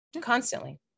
constantly